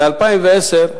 ב-2010,